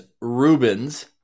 Rubens